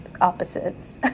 opposites